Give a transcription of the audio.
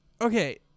Okay